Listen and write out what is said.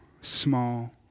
small